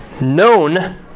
known